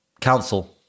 Council